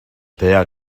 their